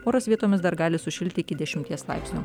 oras vietomis dar gali sušilti iki dešimties laipsnių